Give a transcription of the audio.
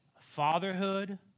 fatherhood